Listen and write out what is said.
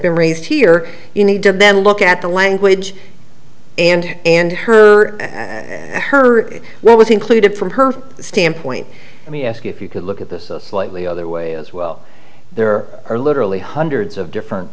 been raised here you need to then look at the language and and her and her what was included from her standpoint let me ask if you could look at this a slightly other way as well there are literally hundreds of different